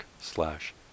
slash